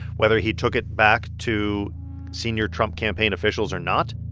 whether he took it back to senior trump campaign officials or not.